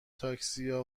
تاکسیا